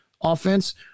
offense